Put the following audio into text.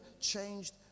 changed